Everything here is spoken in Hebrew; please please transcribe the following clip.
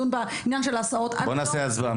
בעניין של ההסעות --- בואו נעשה הצבעה,